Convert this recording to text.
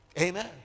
Amen